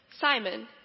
Simon